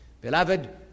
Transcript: Beloved